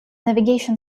navigation